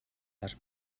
les